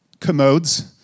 commodes